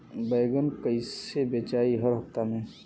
बैगन कईसे बेचाई हर हफ्ता में?